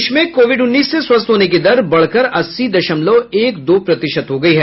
देश में कोविड उन्नीस से स्वस्थ होने की दर बढ़कर अस्सी दशमलव एक दो प्रतिशत हो गयी है